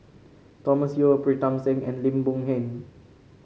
Thomas Yeo Pritam Singh and Lim Boon Heng